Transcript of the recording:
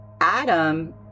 Adam